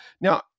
now